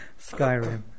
Skyrim